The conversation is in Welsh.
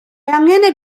angen